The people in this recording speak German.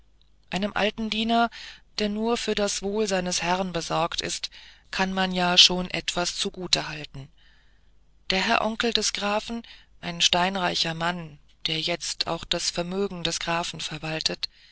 einem alten diener der nur für das wohl seines herrn besorgt ist kann man ja schon etwas zu gut halten der herr onkel des grafen ein steinreicher mann der jetzt auch das vermögen des grafen verwaltet